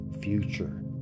future